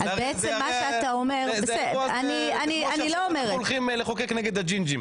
זה כמו שעכשיו אנחנו הולכים לחוקק נגד ג'ינג'ים,